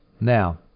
Now